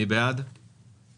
מי בעד ההסתייגות?